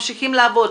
ממשיכים לעבוד,